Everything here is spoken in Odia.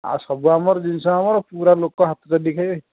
ଆଉ ସବୁ ଆମର ଜିନିଷ ଆମର ପୁରା ଲୋକ ହାତ ଚାଟିକି ଖାଇବେ